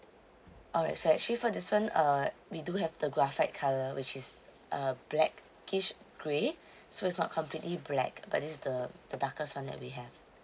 alright so actually for this [one] uh we do have the graphite colour which is uh blackish grey so it's not completely black but this is the the darkest [one] that we have